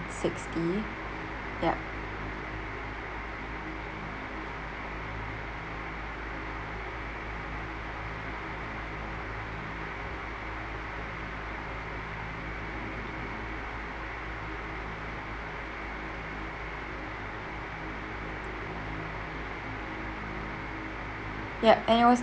sixty ya yup and it was